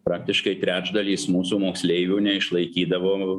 praktiškai trečdalis mūsų moksleivių neišlaikydavo